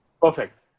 Perfect